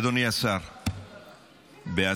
אדוני השר, בהצלחה.